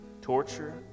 torture